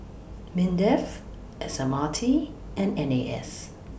Mindef S M R T and N A S